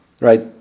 Right